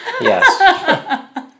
Yes